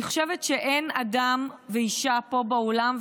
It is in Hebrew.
אני חושבת שאין אדם ואישה פה באולם,